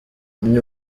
undi